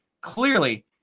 clearly